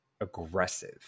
aggressive